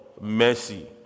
mercy